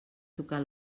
tocar